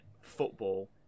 football